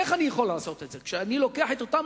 איך אני יכול לעשות את זה כשמדובר על